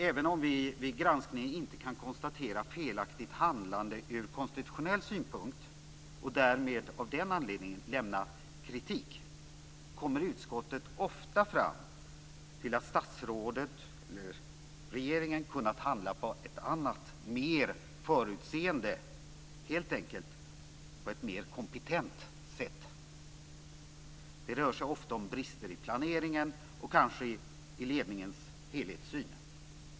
Även om vi vid granskningen inte kan konstatera felaktigt handlande ur konstitutionell synpunkt och av den anledningen inte kan föra fram kritik, kommer utskottet ofta fram till att regeringen hade kunnat handla på ett annat och mer förutseende, helt enkelt mer kompetent sätt. Det rör sig ofta om brister i planeringen och kanske i ledningens helhetssyn.